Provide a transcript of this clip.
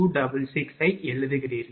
011266 ஐ எழுதுகிறீர்கள்